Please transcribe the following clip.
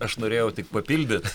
aš norėjau tik papildyt